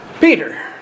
Peter